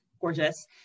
gorgeous